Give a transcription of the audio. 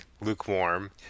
lukewarm